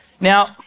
Now